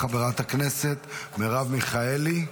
חברת הכנסת מרב מיכאלי,